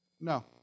No